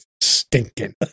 stinking